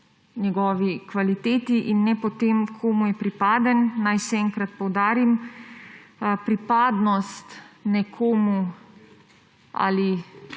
njegovi kvaliteti in ne po tem, komu je pripaden. Naj še enkrat poudarim, pripadnost nekomu ali